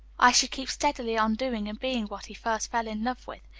i should keep steadily on doing and being what he first fell in love with.